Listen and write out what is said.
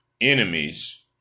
Enemies